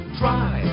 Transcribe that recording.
try